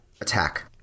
attack